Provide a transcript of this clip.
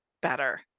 better